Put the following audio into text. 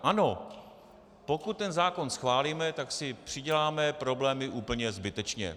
Ano, pokud ten zákon schválíme, ta si přiděláme problémy úplně zbytečně.